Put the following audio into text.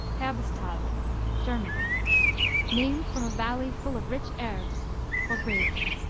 herbesthal germany named from a valley full of rich herbes for grazing.